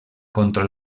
contra